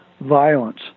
violence